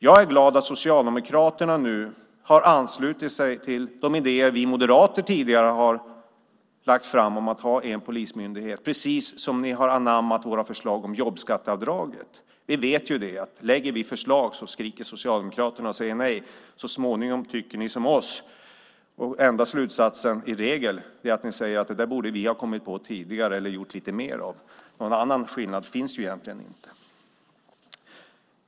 Jag är glad att Socialdemokraterna nu har anslutit sig till de idéer vi moderater tidigare lagt fram om att ha en polismyndighet, på samma sätt som de anammat våra förslag om jobbskatteavdragen. Vi vet att om vi lägger fram förslag skriker Socialdemokraterna och säger nej, men så småningom tycker de som vi. Den enda slutsatsen är i regel att de säger att de själva tidigare borde ha kommit på det eller gjort lite mer av det. Någon annan skillnad finns egentligen inte.